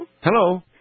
Hello